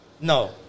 No